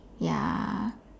ya